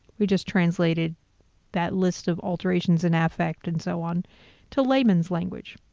we just translated that list of alterations in affect and so on to layman's language.